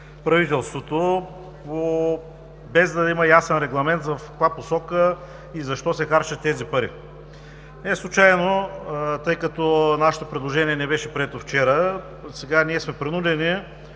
правителството, без да има ясен регламент в каква посока и защо се харчат тези пари. Не случайно, тъй като нашето предложение не беше прието вчера, сега ние сме принудени